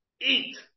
eat